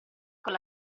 con